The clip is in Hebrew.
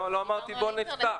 לא אמרתי, בוא נפתח.